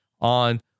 on